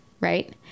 Right